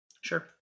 Sure